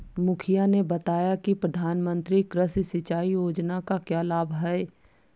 मुखिया ने बताया कि प्रधानमंत्री कृषि सिंचाई योजना का क्या लाभ है?